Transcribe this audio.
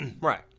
Right